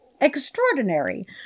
extraordinary